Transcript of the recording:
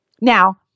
Now